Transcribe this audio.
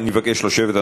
אני מבקש לשבת.